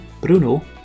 Bruno